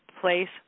Place